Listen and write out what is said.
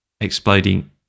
exploding